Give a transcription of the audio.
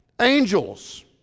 Angels